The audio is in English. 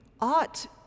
ought